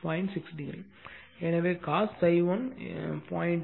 எனவே cos ∅ 1 வரும் 0